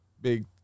big